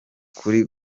kuri